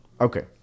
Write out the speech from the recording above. Okay